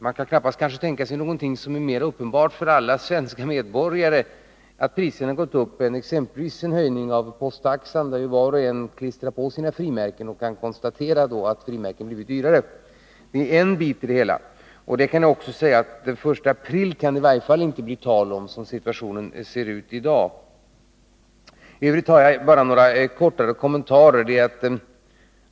Man kan knappast tänka sig en prishöjning som är mera uppenbar för alla svenska medborgare än en höjning av posttaxan. Var och en klistrar ju på sina frimärken och kan då konstatera att frimärkena blivit dyra. Det är en bit i det hela. Och någon ändring från den 1 april kan det i varje fall inte bli tal om, som situationen ser ut i dag. I övrigt har jag bara några korta kommentarer att göra.